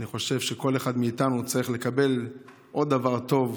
אני חושב שכל אחד מאיתנו צריך לקבל עוד דבר טוב,